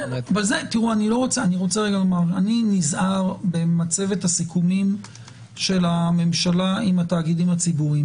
אני נזהר במצבת הסיכומים של הממשלה עם התאגידים הציבוריים.